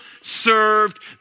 served